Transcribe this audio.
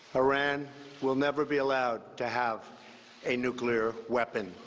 iran will never be allowed to have a nuclear weapon.